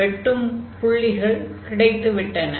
வெட்டும் புள்ளிகள் கிடைத்துவிட்டன